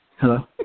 Hello